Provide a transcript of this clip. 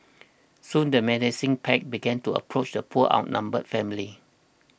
soon the menacing pack began to approach the poor outnumbered family